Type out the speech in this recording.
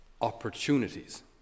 opportunities